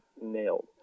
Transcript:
nailed